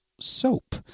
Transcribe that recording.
soap